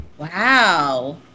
Wow